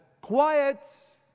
quiet